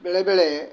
ବେଳେବେଳେ